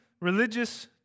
religious